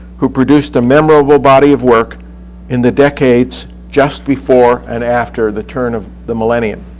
who produced a memorable body of work in the decades just before and after the turn of the millennium.